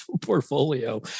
portfolio